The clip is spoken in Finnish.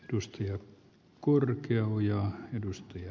rustia korkeaoja on edustajia